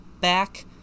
back